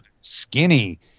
skinny